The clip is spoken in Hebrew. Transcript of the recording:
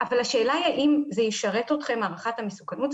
אבל השאלה היא האם זה ישרת אתכם, הערת המסוכנות?